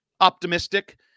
optimistic